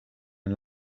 een